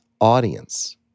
audience